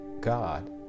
God